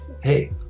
hey